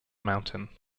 mountain